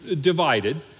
divided